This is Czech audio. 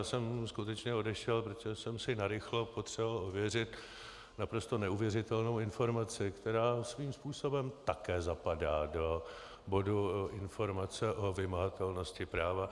Já jsem skutečně odešel, protože jsem si narychlo potřeboval ověřit naprosto neuvěřitelnou informaci, která svým způsobem také zapadá do bodu informace o vymahatelnosti práva.